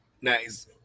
Nice